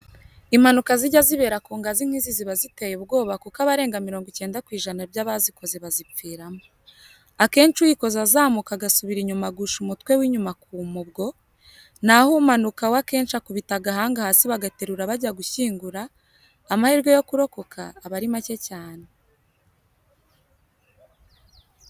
Impanuka zijya zibera ku ngazi nk'izi ziba ziteye ubwoba kuko abarenga mirongo icyenda ku ijana by'abazikoze bazipfiramo. Akenshi uyikoze azamuka agasubira inyuma agusha umutwe w'inyuma akuma ubwo, naho umanuka we akenshi akubita agahanga hasi bagaterura bajya gushyingura, amahirwe yo kurokoka aba ari make cyane.